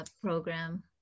program